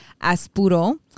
Aspuro